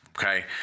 Okay